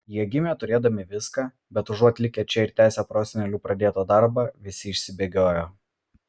jie gimė turėdami viską bet užuot likę čia ir tęsę prosenelių pradėtą darbą visi išsibėgiojo